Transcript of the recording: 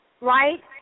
right